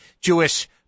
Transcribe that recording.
Jewish